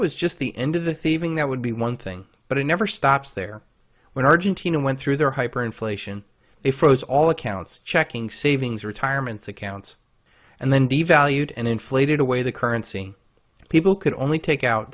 was just the end of the thieving that would be one thing but it never stops there when argentina went through their hyperinflation they froze all accounts checking savings retirements accounts and then devalued and inflated away the currency people could only take out